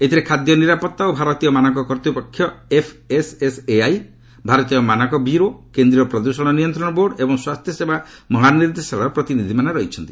ଏଥିରେ ଖାଦ୍ୟ ନିରାପତ୍ତା ଓ ଭାରତୀୟ ମାନକ କର୍ତ୍ତ୍ୱପକ୍ଷ ଏଫ୍ଏସ୍ଏସ୍ଏଆଇ ଭାରତୀୟ ମାନକ ବ୍ୟୁରୋ କେନ୍ଦ୍ରୀୟ ପ୍ରଦୃଷଣ ନିୟନ୍ତ୍ରଣ ବୋର୍ଡ଼ ଓ ସ୍ୱାସ୍ଥ୍ୟସେବା ମହାନିର୍ଦ୍ଦେଶାଳୟ ପ୍ରତିନିଧ୍ୟମାନେ ରହିଛନ୍ତି